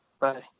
Bye